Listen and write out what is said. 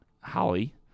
Holly